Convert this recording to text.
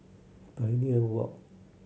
Pioneer Walk